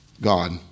God